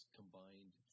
combined